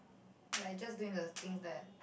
like I just doing the things that